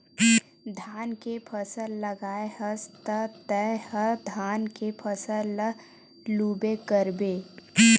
धान के फसल लगाए हस त तय ह धान के फसल ल लूबे करबे